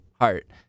heart